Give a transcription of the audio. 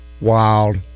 wild